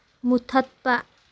ꯃꯨꯊꯠꯄ